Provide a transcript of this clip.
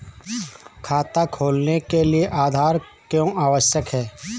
खाता खोलने के लिए आधार क्यो आवश्यक है?